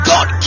God